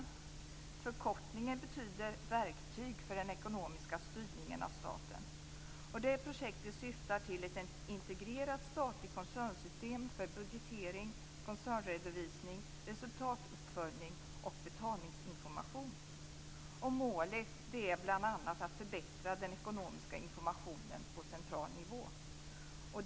Förkortningen betyder Verktyg för den ekonomiska styrningen av staten. Det projektet syftar till ett integrerat statligt koncernsystem för budgetering, koncernredovisning, resultatuppföljning och betalningsinformation. Målet är bl.a. att förbättra den ekonomiska informationen på central nivå.